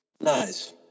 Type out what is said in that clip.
Nice